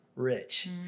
Rich